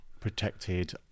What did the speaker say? protected